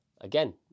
again